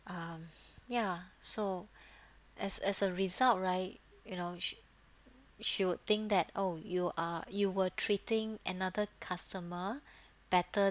um ya so as as a result right you know she she would think that oh you are you were treating another customer better